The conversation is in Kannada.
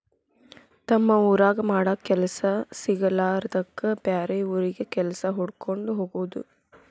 ತಮ್ಮ ಊರಾಗ ಮಾಡಾಕ ಕೆಲಸಾ ಸಿಗಲಾರದ್ದಕ್ಕ ಬ್ಯಾರೆ ಊರಿಗೆ ಕೆಲಸಾ ಹುಡಕ್ಕೊಂಡ ಹೊಗುದು